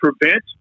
prevent